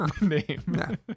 name